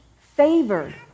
favored